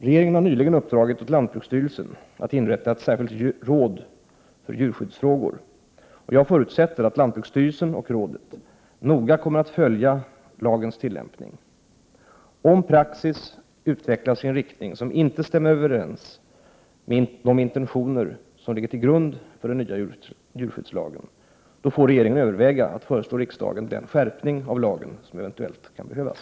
Regeringen har nyligen uppdragit åt lantbruksstyrelsen att inrätta ett särskilt råd för djurskyddsfrågor. Jag förutsätter att lantbruksstyrelsen och rådet noga kommer att följa lagens tillämpning. Om praxis utvecklas i en riktning som inte stämmer överens med de intentioner som ligger till grund för den nya djurskyddslagen får regeringen överväga att föreslå riksdagen den skärpning av lagen som eventuellt kan behövas.